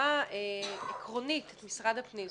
ברמה העקרונית את משרד הפנים.